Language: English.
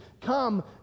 Come